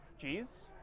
G's